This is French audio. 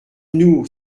nous